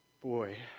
Boy